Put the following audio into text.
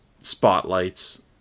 spotlights